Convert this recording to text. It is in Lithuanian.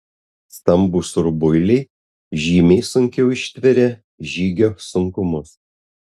stambūs rubuiliai žymiai sunkiau ištveria žygio sunkumus